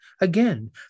again